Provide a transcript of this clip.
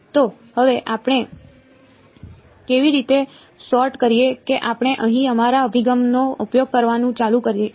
તો હવે આપણે કેવી રીતે સૉર્ટ કરીએ કે આપણે અહીં અમારા અભિગમનો ઉપયોગ કરવાનું ચાલુ રાખીએ